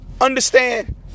understand